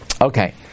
Okay